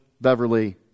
Beverly